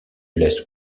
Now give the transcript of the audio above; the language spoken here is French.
laisse